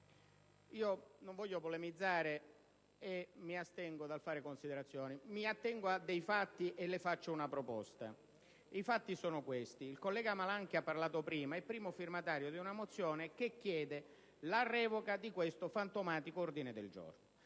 non voglio polemizzare, e mi astengo quindi dal fare considerazioni. Mi attengo ai fatti e le faccio una proposta. I fatti sono questi: il collega Malan è primo firmatario di una mozione che chiede la revoca di questo fantomatico ordine del giorno;